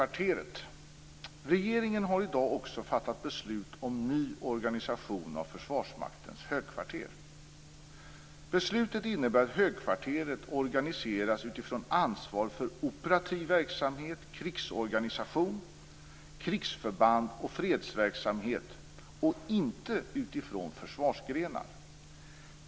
Regeringen har i dag också fattat beslut om ny organisation av Försvarsmaktens högkvarter. Beslutet innebär att högkvarteret organiseras utifrån ansvar för operativ verksamhet, krigsorganisation, krigsförband och fredsverksamhet och inte utifrån försvarsgrenar.